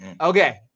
Okay